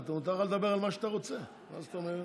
מותר לך לדבר על מה שאתה רוצה, מה זאת אומרת?